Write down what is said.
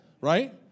Right